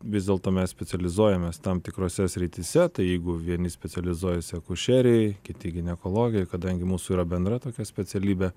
vis dėlto mes specializuojamės tam tikrose srityse tai jeigu vieni specializuojasi akušerijoj kiti ginekologijoj kadangi mūsų yra bendra tokia specialybė